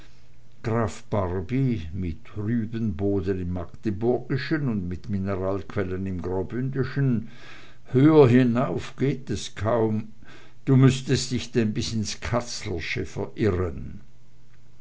mit rübenboden im magdeburgischen und mit mineralquellen im graubündischen höher hinauf geht es kaum du müßtest dich denn bis ins katzlersche verirren